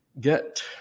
get